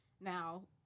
now